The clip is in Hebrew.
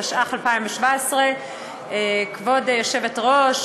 התשע"ח 2017. כבוד היושבת-ראש,